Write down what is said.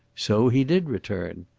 so he did return!